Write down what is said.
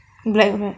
like what